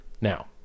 Now